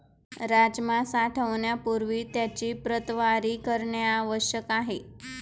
राजमा साठवण्यापूर्वी त्याची प्रतवारी करणे आवश्यक आहे